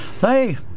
Hey